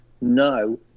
no